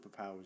superpowers